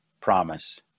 promise